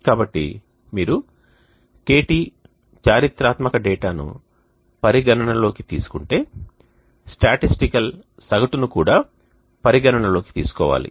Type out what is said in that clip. కాబట్టి మీరు KT చారిత్రాత్మక డేటాను పరిగణనలోకి తీసుకుంటే స్టాటిస్టికల్ సగటును కూడా పరిగణన లోకి తీసుకోవాలి